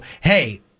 Hey